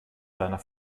seiner